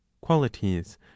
qualities